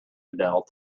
adele